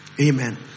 Amen